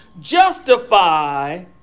justify